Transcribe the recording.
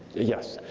yes.